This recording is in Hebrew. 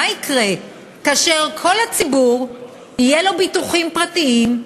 מה יקרה כאשר לכל הציבור יהיו ביטוחים פרטיים,